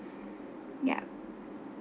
yup